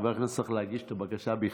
חבר הכנסת צריך להגיש את הבקשה בכתב,